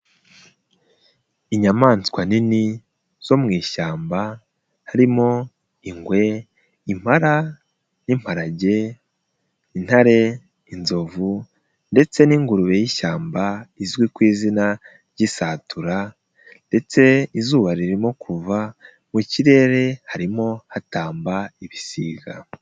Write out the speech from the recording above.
Inyamaswa nini zo mu ishyamba, harimo ingwe, impara n'imparage, intare, inzovu ndetse n'ingurube y'ishyamba izwi ku izina ry'isatura ndetse izuba ririmo kuva, mu kirere harimo hatamba ibisiga.